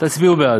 תצביעו בעד.